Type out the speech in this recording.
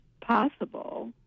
possible